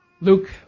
Luke